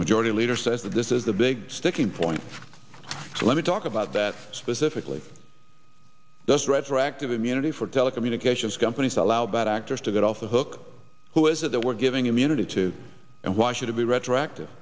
majority leader says that this is the big sticking point so let me talk about that specifically does retroactive immunity for telecommunications companies allow bad actors to get off the hook who is it that we're giving immunity to and why should it be retroactive